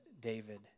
David